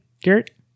Garrett